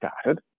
started